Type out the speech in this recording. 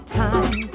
time